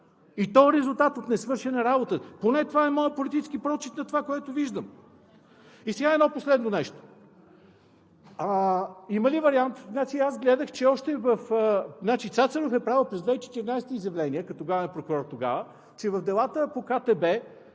и този резултат е от несвършена работа. Поне това е моят политически прочит на това, което виждам. И сега едно последно нещо. Аз гледах, че Цацаров е правил през 2014 г. изявления, като главен прокурор тогава, че в делата по КТБ